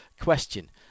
question